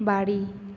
বাড়ি